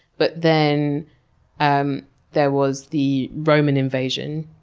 but then um there was the roman invasion,